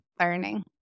learning